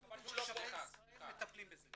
אנחנו יודעים ש"שבי ישראל" מטפלים בזה.